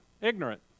Ignorant